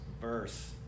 verse